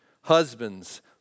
Husbands